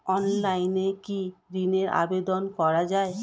অনলাইনে কি ঋণের আবেদন করা যায়?